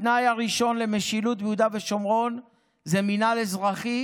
התנאי הראשון למשילות ביהודה ושומרון זה מינהל אזרחי